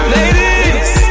Ladies